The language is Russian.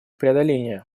преодоления